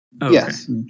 Yes